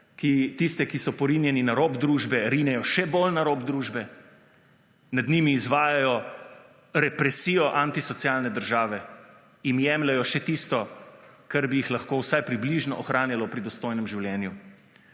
tiste, ki so porinjeni na rob družbe, rinejo še bolj na rob družbe, nad njimi izvajajo represijo antisocialne države, jim jemljejo še tisto, kar bi jih lahko vsaj približno ohranjalo pri dostojnem življenju.